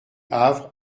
havre